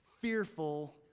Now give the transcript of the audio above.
fearful